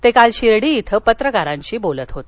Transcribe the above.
ते काल शिर्डी इथं पत्रकारांशी बोलत होते